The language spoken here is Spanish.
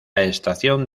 estación